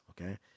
Okay